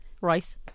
rice